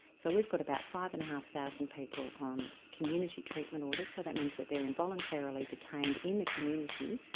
so we've got about five and a half thousand people on community treatment orders, so that means that they're involuntarily detained in the community.